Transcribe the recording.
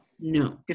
no